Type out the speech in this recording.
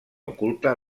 oculta